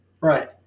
Right